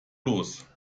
los